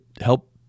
help